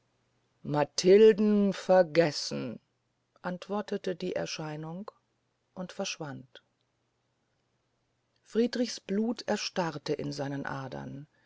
matilden vergessen antwortete die erscheinung und verschwand friedrichs blut erstarrte in seinen adern